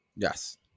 Yes